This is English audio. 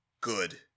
good